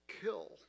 kill